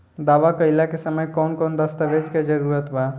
दावा कईला के समय कौन कौन दस्तावेज़ के जरूरत बा?